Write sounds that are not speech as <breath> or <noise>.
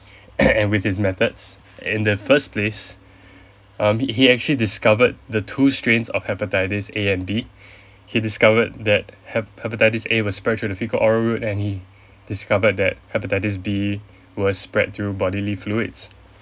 <breath> <coughs> and with his methods in the first place <breath> um he he actually discovered the two strains of hepatitis A and B <breath> he discovered that hep~ hepatitis A was spread through the fecal oral route and he discovered that hepatitis B was spread through bodily fluids